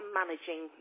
managing